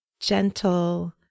gentle